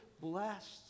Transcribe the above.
blessed